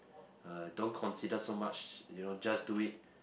uh don't consider so much you know just do it